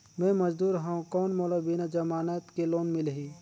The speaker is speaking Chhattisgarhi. मे मजदूर हवं कौन मोला बिना जमानत के लोन मिलही?